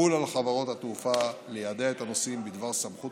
שתחול על חברות התעופה ליידע את הנוסעים בדבר סמכות